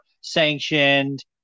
sanctioned